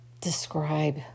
describe